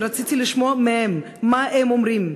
רציתי לשמוע מהם מה הם אומרים.